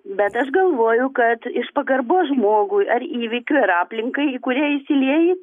bet aš galvoju kad iš pagarbos žmogui ar įvykiui ar aplinkai į kurią įsilieji